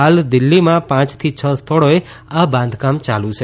હાલ દિલ્હીમાં પાંચથી છ સ્થળોએ આ બાંધકામ ચાલુ છે